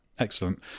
Excellent